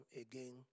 again